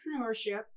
Entrepreneurship